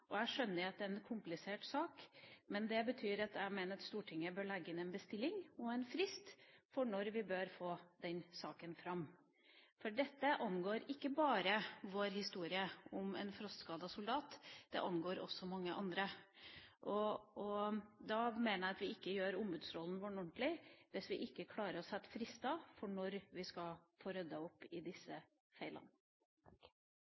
Jeg skjønner at det er en komplisert sak, men jeg mener at Stortinget bør legge inn en bestilling, og en frist, for når vi bør få den saken fram. For dette angår ikke bare vår historie om en frostskadet soldat, det angår også mange andre. Jeg mener at vi ikke gjør ombudsrollen vår ordentlig hvis vi ikke klarer å sette frister for når vi skal få ryddet opp i disse